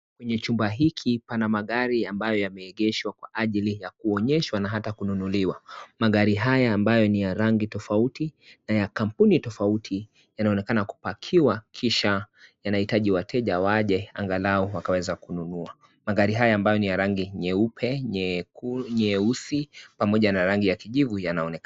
Kwenye chumba hiki pana magari ambayo yameegeshwa kwa ajili ya kuonyeshwa na hata kununuliwa, magari haya ambayo ni ya rangi tofauti na ya kampuni tofauti yanaonekana kupakiwa kisha yanahitaji wateja waje angalau wakaweza kununua, magari haya ambayo ni ya rangi nyeupe, nyeusi pamoja na rangi ya kijivu yanaonekana.